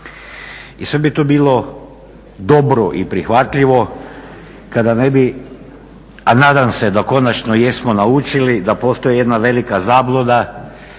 I sve bi to bilo dobro i prihvatljivo kada ne bi, a nadam se da konačno i jesmo naučili da postoji jedna velika zabluda,